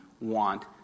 want